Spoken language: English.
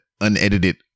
unedited